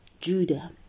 Judah